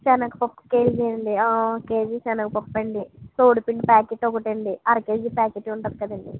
సెనగపప్పు kg అండి kg సెనగపప్పండి తవుడు పిండి ప్యాకెట్ ఒకటి అండి అర కేజీ ప్యాకెట్ ఉంటుంది కదండి